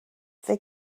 they